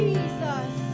Jesus